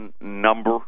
number